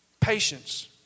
Patience